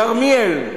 כרמיאל,